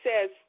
says